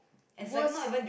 worst